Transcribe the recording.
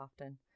often